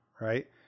Right